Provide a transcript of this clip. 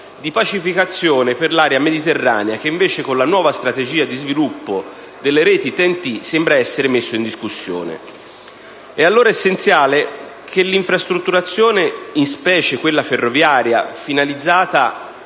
di pacificazione per l'area mediterranea che, invece, con la nuova strategia di sviluppo delle reti TEN-T, sembra essere messo in discussione. Allora è essenziale che l'infrastrutturazione, in specie quella ferroviaria finalizzata